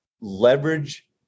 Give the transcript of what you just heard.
leverage